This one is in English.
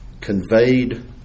conveyed